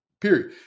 period